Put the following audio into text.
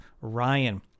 Ryan